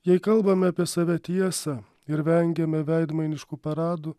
jei kalbame apie save tiesą ir vengiame veidmainiškų paradų